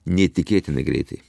neįtikėtinai greitai